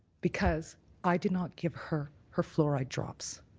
because i did not give her her fluoride drops.